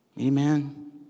Amen